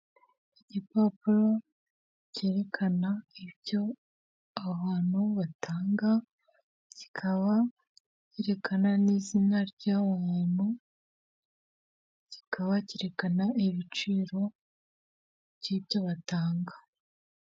Igipapuro cyerekana ibyo aho hantu batanga kikaba cyerekana n'izina ry'uwo muntu kikaba cyerekana ibiciro by'ibyo batanga.